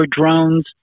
drones